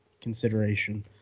consideration